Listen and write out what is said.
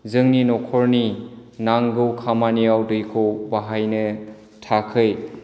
जोंनि न'खरनि नांगौ खामानियाव दैखौ बाहायनो थाखाय